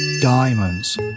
Diamonds